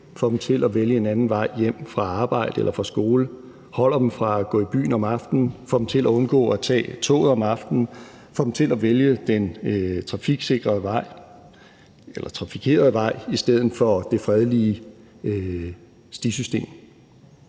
får dem til at vælge en anden vej hjem fra arbejde eller fra skole, holder dem fra at gå i byen om aftenen, får dem til at undgå at tage toget om aftenen, får dem til at vælge den trafikerede vej i stedet for det fredelige stisystem.